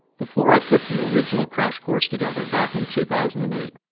before i put the original crash course together back in two thousand and eight,